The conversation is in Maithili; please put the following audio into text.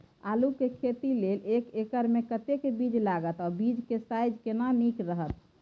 आलू के खेती लेल एक एकर मे कतेक बीज लागत आ बीज के साइज केना नीक रहत?